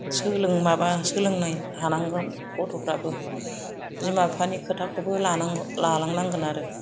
सोलों माबा सोलोंनाय हानांगोन गथ'फ्राबो बिमा बिफानि खोथाखौबो लानांगौ लालांनांगोन आरो